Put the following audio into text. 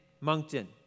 Moncton